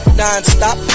non-stop